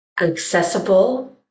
accessible